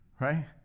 Right